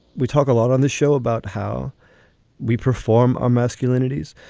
we talk a lot on the show about how we perform our masculinities.